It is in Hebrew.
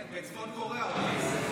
כן, בצפון קוריאה אולי.